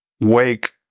Wake